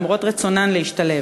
למרות רצונן להשתלב.